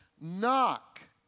Knock